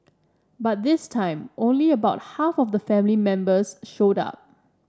but this time only about half of the family members showed up